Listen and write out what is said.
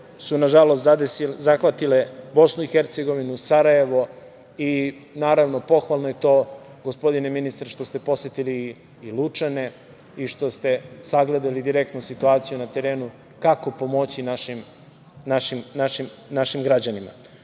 su, nažalost, zahvatile Bosnu i Hercegovinu, Sarajevo i, naravno, pohvalno je to, gospodine ministre, što ste posetili i Lučane i što ste sagledali direktno situaciju na terenu, kako pomoći naših građanima.U